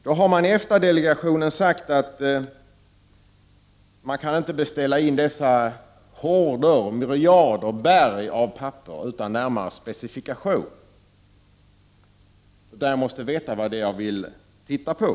Då har man från EFTA delegationen sagt att man inte kan beställa in dessa myriader papper, dessa berg av papper, utan närmare specifikation. Jag måste veta vad det är jag vill titta på.